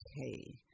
okay